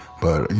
but,